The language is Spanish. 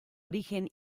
origen